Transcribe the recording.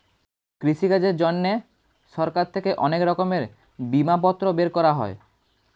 কৃষিকাজের জন্যে সরকার থেকে অনেক রকমের বিমাপত্র বের করা হয়